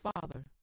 Father